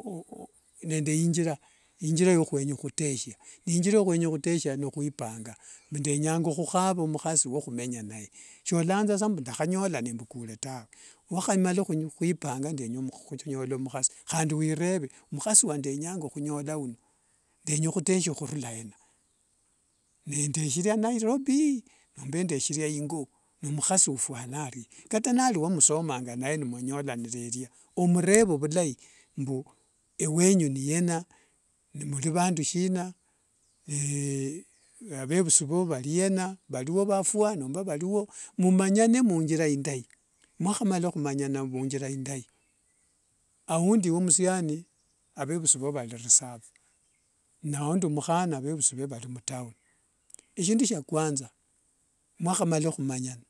nende injira, injira yakhuenya khuteshia, ni injira yakhuenya khuteshia nohwipanga mbu ndenyanga khukhava mukhasi wokhumenya naye, solantha sa mbu ndakhanyola nembukule tawee. Niwskhamala khwipanga ndenya khunyola mukhasi handi wireve mkhasi wendenyanga khunyola uno, ndenya khuteshia khurira ena nendesheria nairobi nomba ndesheria ingo, ni mkhasi ufwana arie kata nali womusomanga naye mwanyolanireria, omureve vilai ewenyu niyena, nimuli vandu shina avevusi voo valiena valio vafua nomba valio, mumanyane munthira indai mwakhamala khumanyana munthira indai, aundi ewe musiani avevusi voo vali rusaphi naundi mukhana avevusi vee valimutown, eshindu shia kwanza mwakhamala khumanyana.